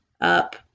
up